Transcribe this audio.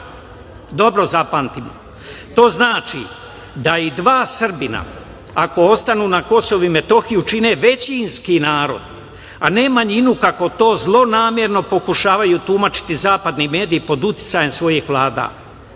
Dobro zapamtimo. To znači da i dva Srbina ako ostanu na Kosovu i Metohiji čine većinski narod, a ne manjinu, kako to zlonamerno pokušavaju tumačiti zapadni mediji, pod uticajem svojih vlada.